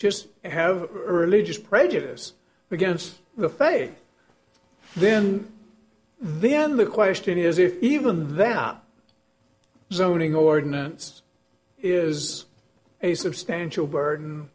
just have a religious prejudice against the faith then then the question is if even that zoning ordinance is a substantial burden